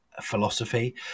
philosophy